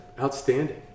Outstanding